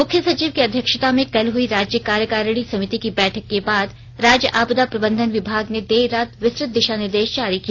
मुख्य सचिव की अध्यक्षता में कल हुई राज्य कार्यकारिणी समिति की बैठक के बाद राज्य आपदा प्रबंधन विभाग ने देर रात विस्तृत दिशा निर्देश जारी किया